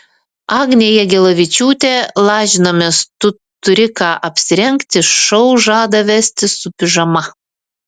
agnė jagelavičiūtė lažinamės tu turi ką apsirengti šou žada vesti su pižama